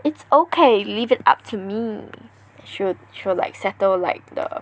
it's okay leave it up to me she will she will like settle like the